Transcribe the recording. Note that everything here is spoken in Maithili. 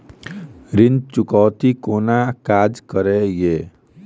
ऋण चुकौती कोना काज करे ये?